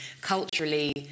culturally